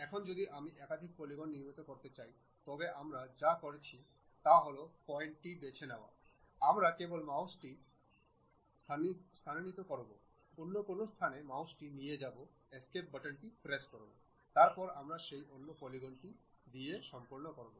এখন যদি আমি একাধিক পলিগন নির্মাণ করতে চাই তবে আমার যা করতে হবে তা হল পয়েন্টটি বেছে নেওয়া আমরা কেবল মাউসটি স্থানান্তরিত করব অন্য কোনও স্থানে মাউসটি নিয়ে যাবো এস্কেপ বাটনটি প্রেস করবো তারপরে আমরা সেই অন্য পলিগন টি দিয়ে সম্পন্ন করব